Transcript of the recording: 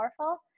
powerful